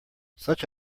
such